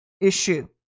issue